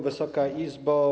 Wysoka Izbo!